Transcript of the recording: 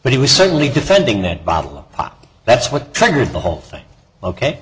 but he was certainly defending that bottle that's what triggered the whole thing ok